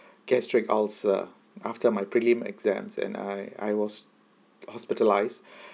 gastric ulcer after my prelim exams and I I was hospitalised